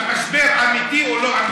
המשבר אמיתי או לא אמיתי?